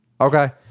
Okay